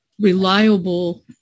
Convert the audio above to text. reliable